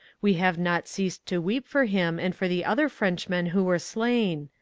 we have not ceased to weep for him and for the other frenchmen who were slain.